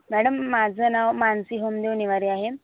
madam माझं नाव मानसी होमदेव नेवारे आहे